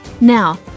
Now